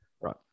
Right